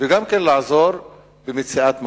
וגם לעזור במציאת מקום.